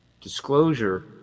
Disclosure